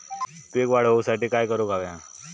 पीक वाढ होऊसाठी काय करूक हव्या?